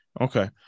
Okay